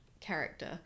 character